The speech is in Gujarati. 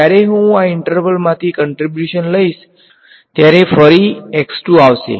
જ્યારે હું આ ઈન્ટરવલ માંથી કંટ્રીબ્યુશન લઈશ ત્યારે ફરી આવશે